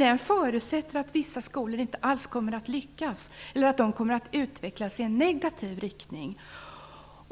Den förutsätter att vissa skolor inte alls kommer att lyckas eller att de kommer att utvecklas i en negativ riktning.